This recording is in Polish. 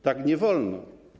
Tak nie wolno.